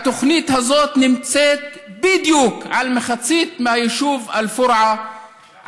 התוכנית הזאת נמצאת בדיוק על מחצית מהיישוב אל-פורעה,